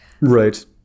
right